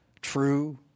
true